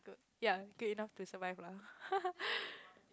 ya good enough to survive lah